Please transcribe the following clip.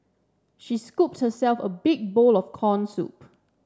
she scoop herself a big bowl of corn soup